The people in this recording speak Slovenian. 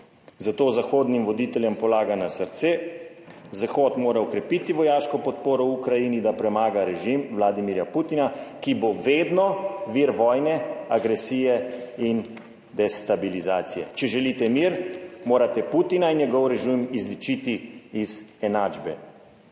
Zato zahodnim voditeljem polaga na srce, zahod mora okrepiti vojaško podporo Ukrajini, da premaga režim Vladimirja Putina, ki bo vedno vir vojne, agresije in destabilizacije. Če želite mir, morate Putina in njegov režim izločiti iz enačbe.